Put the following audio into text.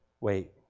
wait